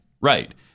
right